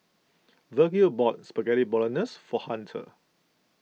Virgil bought Spaghetti Bolognese for Hunter